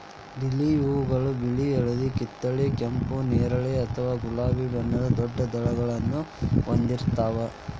lily ಹೂಗಳು ಬಿಳಿ, ಹಳದಿ, ಕಿತ್ತಳೆ, ಕೆಂಪು, ನೇರಳೆ ಅಥವಾ ಗುಲಾಬಿ ಬಣ್ಣದ ದೊಡ್ಡ ದಳಗಳನ್ನ ಹೊಂದಿರ್ತಾವ